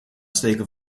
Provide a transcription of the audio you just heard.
steken